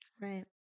Right